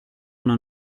una